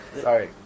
Sorry